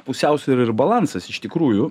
pusiausvyra ir balansas iš tikrųjų